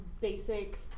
basic